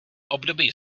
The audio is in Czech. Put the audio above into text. období